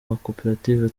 makoperative